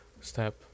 step